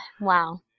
Wow